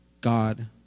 God